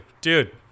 Dude